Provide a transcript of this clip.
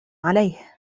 عليه